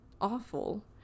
Awful